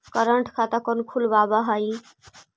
current खाता कौन खुलवावा हई